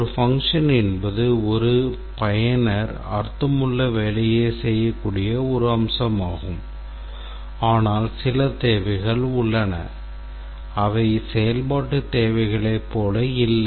ஒரு function என்பது ஒரு பயனர் அர்த்தமுள்ள வேலையைச் செய்யக்கூடிய ஒரு அம்சமாகும் ஆனால் சில தேவைகள் உள்ளன அவை செயல்பாட்டுத் தேவைகளைப் போல இல்லை